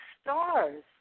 stars